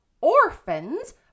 orphans